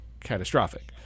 catastrophic